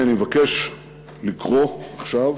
אדוני, אני מבקש לקרוא עכשיו